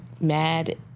mad